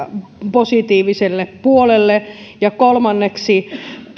positiiviselle puolelle ja kolmanneksi